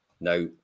Now